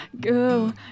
Girl